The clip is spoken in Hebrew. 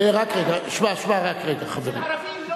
אצל ערבים, לא.